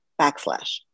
backslash